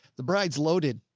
the bride's loaded.